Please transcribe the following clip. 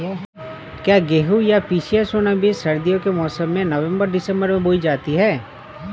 क्या गेहूँ या पिसिया सोना बीज सर्दियों के मौसम में नवम्बर दिसम्बर में बोई जाती है?